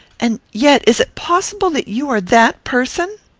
and yet is it possible that you are that person?